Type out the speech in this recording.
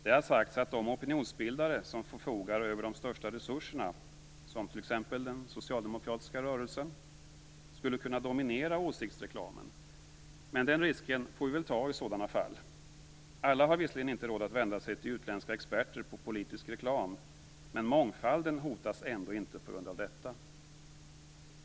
Det har sagts att de opinionsbildare som förfogar över de största resurserna, t.ex. den socialdemokratiska rörelsen, skulle kunna dominera åsiktsreklamen, men den risken får vi väl ta i sådana fall. Alla har visserligen inte råd att vända sig till utländska experter på politisk reklam, men mångfalden hotas ändå inte på grund av detta.